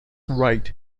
right